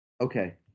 Okay